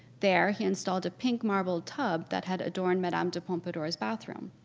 there he installed a pink marble tub that had adorned madame de pompadour's bathroom.